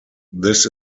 this